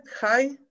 high